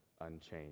unchanged